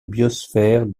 biosphère